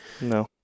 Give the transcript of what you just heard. No